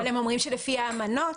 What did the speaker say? אבל הם אומרים שלפי האמנות.